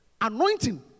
anointing